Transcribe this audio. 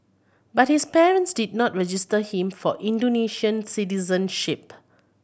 but his parents did not register him for Indonesian citizenship